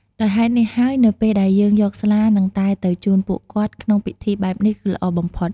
ដោយហេតុនេះហើយនៅពេលដែលយកស្លានិងតែទៅជូនពួកគាត់ក្នុងពិធីបែបនេះគឺល្អបំផុត។